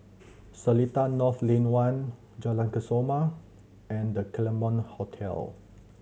Seletar North Lane One Jalan Kesoma and The Claremont Hotel